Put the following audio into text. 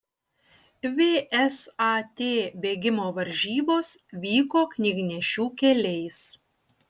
vsat bėgimo varžybos vyko knygnešių keliais